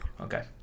Okay